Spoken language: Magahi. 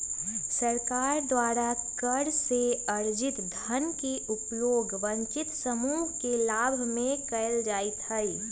सरकार द्वारा कर से अरजित धन के उपयोग वंचित समूह के लाभ में कयल जाईत् हइ